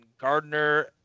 Gardner